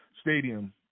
stadium